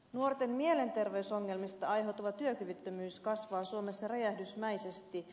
nuorten mielenterveysongelmista aiheutuva työkyvyttömyys kasvaa suomessa räjähdysmäisesti